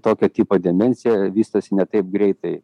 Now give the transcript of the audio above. tokio tipo demencija vystosi ne taip greitai